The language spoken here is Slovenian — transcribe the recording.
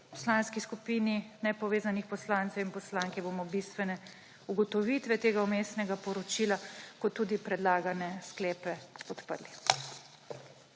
Poslanski skupini nepovezanih poslancev in poslank bomo bistvene ugotovitve tega Vmesnega poročila kot tudi predlagane sklepe podprli.